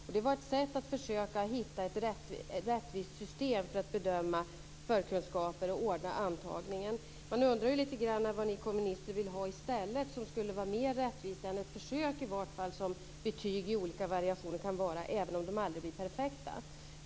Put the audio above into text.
Detta var ett sätt att försöka hitta ett rättvist system för att bedöma förkunskaper och ordna antagningar. Man undrar vad ni kommunister vill ha i stället som skulle vara mer rättvist än det försök att vara rättvis som betyg i olika variationer kan vara, även om de aldrig blir perfekta.